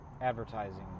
advertising